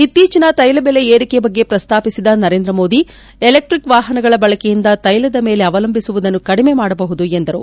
ಇತ್ತೀಚಿನ ತೈಲ ಬೆಲೆಯ ಏರಿಕೆಯ ಬಗ್ಗೆ ಪ್ರಸ್ತಾಪಿಸಿದ ನರೇಂದ್ರ ಮೋದಿ ಎಲೆಕ್ಟಿಕ್ ವಾಹನಗಳ ಬಳಕೆಯಿಂದ ತೈಲದ ಮೇಲೆ ಅವಲಂಬಿಸುವುದನ್ನು ಕಡಿಮೆ ಮಾಡಬಹುದು ಎಂದರು